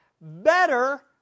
better